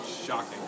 shocking